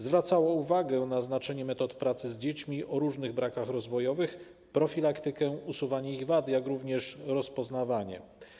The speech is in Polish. Zwracała uwagę na znaczenie metod pracy z dziećmi o różnych brakach rozwojowych, profilaktykę, usuwanie ich wad, jak również rozpoznawanie.